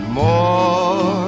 more